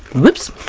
whoops!